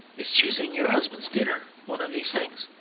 is choosing your husband's dinner one of these things?